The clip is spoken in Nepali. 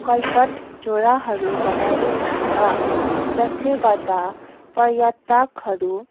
कल्भर्ट झोडाहरू बनाएको छ जसले गर्दा पर्यटकहरू